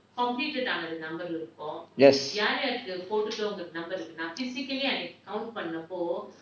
yes